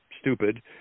stupid